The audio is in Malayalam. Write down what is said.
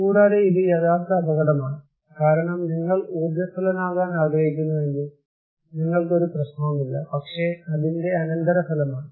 കൂടാതെ ഇത് യഥാർത്ഥ അപകടമാണ് കാരണം നിങ്ങൾ ഊർജ്ജസ്വലനാകാൻ ആഗ്രഹിക്കുന്നുവെങ്കിൽ നിങ്ങൾക്ക് ഒരു പ്രശ്നവുമില്ല പക്ഷേ അതിന്റെ അനന്തരഫലമാണ്